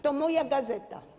To moja gazeta.